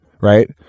right